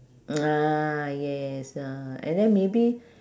mm ah yes ah and then maybe